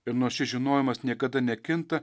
ir nors šis žinojimas niekada nekinta